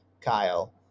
Kyle